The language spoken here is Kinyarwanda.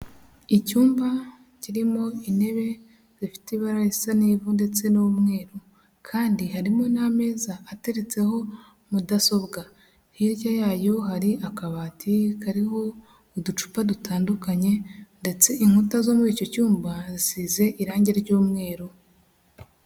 Icyumba kirimo intebe zifite ibara risa n’ivu ndetse n'umweru. Kandi harimo n'ameza ateretseho mudasobwa. Hirya yayo hari akabati kariho uducupa dutandukanye, ndetse inkuta zo muri icyo cyumba zisize irangi ry'umweru.